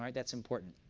um that's important.